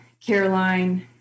Caroline